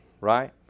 right